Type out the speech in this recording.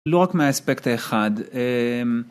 לא רק מהאספקט האחד.